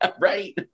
Right